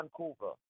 Vancouver